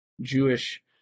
Jewish